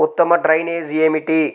ఉత్తమ డ్రైనేజ్ ఏమిటి?